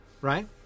right